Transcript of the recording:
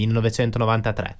1993